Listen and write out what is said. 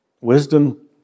wisdom